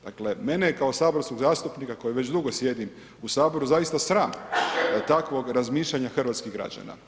Dakle mene je kao saborskog zastupnika koji već dugo sjedim u Saboru zaista sram da je takvo razmišljanje hrvatskih građana.